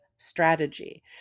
strategy